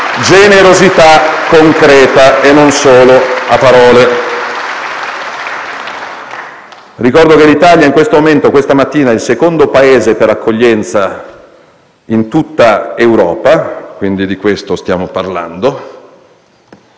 generosità concreta, non solo a parole. Ricordo che l'Italia, in questo momento, è il secondo Paese per accoglienza in tutta Europa: quindi, di questo stiamo parlando.